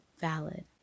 valid